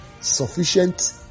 sufficient